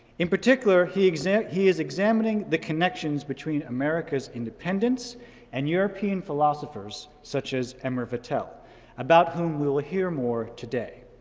in particular, he exam he is examining the connections between america's independence and european philosophers such as and emer vattel, about whom we'll hear more today.